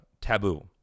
taboo